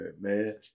man